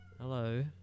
Hello